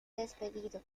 despedido